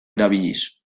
erabiliz